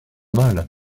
mal